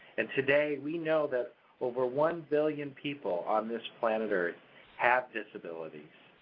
and today we know that over one billion people on this planet earth have disabilities,